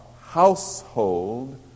household